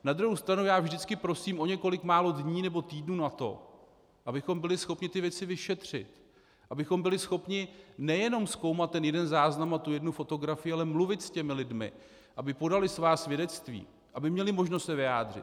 Na druhou stranu já vždycky prosím o několik málo dní nebo týdnů na to, abychom byli schopni věci vyšetřit, abychom byli schopni nejenom zkoumat ten jeden záznam a tu jednu fotografii, ale mluvit s těmi lidmi, aby podali svá svědectví, aby měli možnost se vyjádřit.